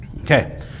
Okay